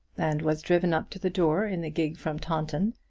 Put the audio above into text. and was driven up to the door in the gig from taunton,